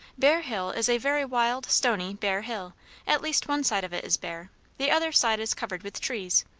bear hill is a very wild, stony, bare hill at least one side of it is bare the other side is covered with trees.